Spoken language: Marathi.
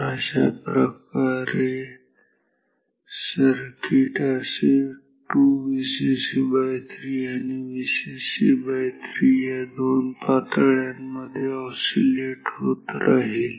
तर अशाप्रकारे सर्किट असे 2Vcc3 आणि Vcc3 या दोन पातळ्यांमध्ये ऑसीलेट होईल